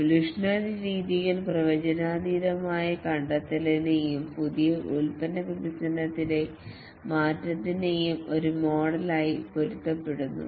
evolutionary രീതികൾ പ്രവചനാതീതമായ കണ്ടെത്തലിന്റെയും പുതിയ ഉൽപ്പന്ന വികസനത്തിലെ മാറ്റത്തിന്റെയും ഒരു മോഡലുയുമായി പൊരുത്തപ്പെടുന്നു